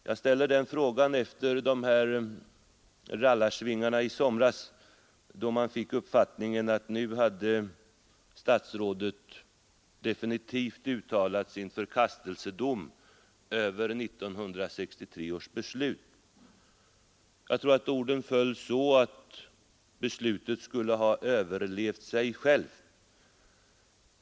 Jag ställer den frågan efter rallarsvingarna i somras, då man fick uppfattningen att nu hade statsrådet definitivt uttalat sin förkastelsedom över 1963 års beslut. Jag tror orden föll så, att beslutet skulle ha överlevt sig självt.